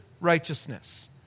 righteousness